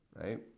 Right